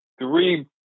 three